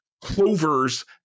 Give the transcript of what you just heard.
clovers